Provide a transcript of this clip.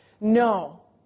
No